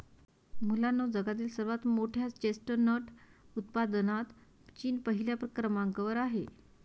मुलांनो जगातील सर्वात मोठ्या चेस्टनट उत्पादनात चीन पहिल्या क्रमांकावर आहे